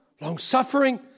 long-suffering